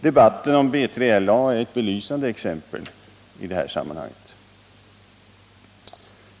Debatten om B3LA är ett belysande exempel i det här sammanhanget.